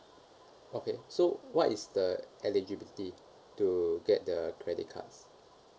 okay so what is the eligibility to get the credit cards